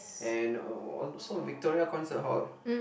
and also Victoria concert hall